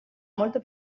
molto